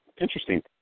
interesting